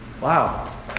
Wow